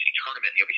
tournament